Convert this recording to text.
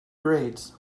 grades